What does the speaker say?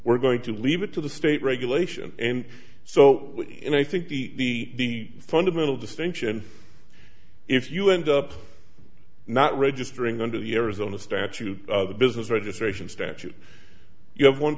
we're going to leave it to the state regulation and so and i think the fundamental distinction if you end up not registering under the arizona statute the business registration statute you have one